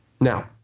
Now